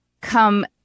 come